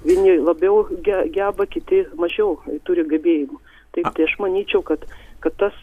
vieni labiau ge geba kiti mažiau turi gebėjimų taip tai aš manyčiau kad kad tas